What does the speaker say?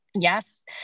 Yes